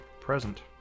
present